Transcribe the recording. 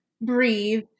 breathe